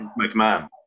McMahon